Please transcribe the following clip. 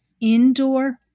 indoor